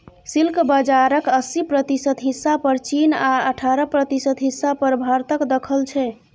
silk बजारक अस्सी प्रतिशत हिस्सा पर चीन आ अठारह प्रतिशत हिस्सा पर भारतक दखल छै